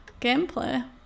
gameplay